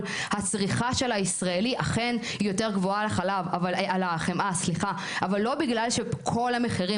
הצריכה של הישראלי אכן יותר גבוהה על החמאה אבל לא בגלל שכל המחירים